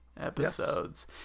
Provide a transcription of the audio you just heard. episodes